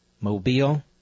Mobile